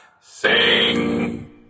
Sing